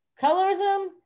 colorism